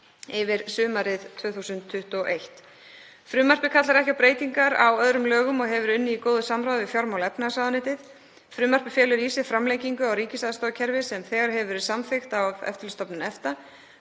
yfir sumarið 2021. Frumvarpið kallar ekki á breytingar á öðrum lögum og hefur verið unnið í góðu samráði við fjármála- og efnahagsráðuneytið. Frumvarpið felur í sér framlengingu á ríkisaðstoðarkerfi sem þegar hefur verið samþykkt af Eftirlitsstofnun EFTA.